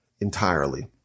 entirely